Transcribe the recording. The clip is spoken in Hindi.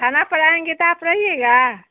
थाना पर आएंगे तो आप रहिएगा